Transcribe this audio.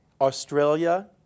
Australia